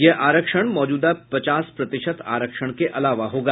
यह आरक्षण मौजूदा पचास प्रतिशत आरक्षण के अलावा होगा